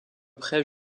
près